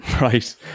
right